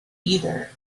either